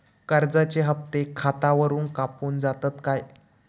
कर्जाचे हप्ते खातावरून कापून जातत काय?